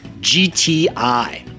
GTI